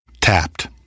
Tapped